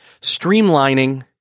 streamlining